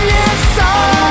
inside